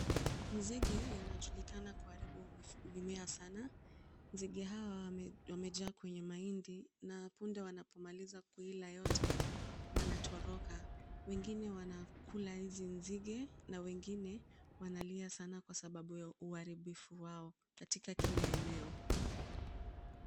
Nzige wanajulikana kuharibu mimea sana. Nzige hawa wamejaa kwenye mahindi na punde wanapomaliza kuila yote wanatoroka. Wengine wanakula hizi nzige na wengine wanalia sana kwa sababu ya uharibifu wao katika kila eneo.